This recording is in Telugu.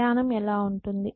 ప్రయాణం ఎలా ఉంటుంది